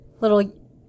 little